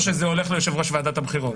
או שזה הולך ליושב-ראש ועדת הבחירות?